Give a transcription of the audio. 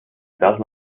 does